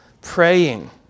praying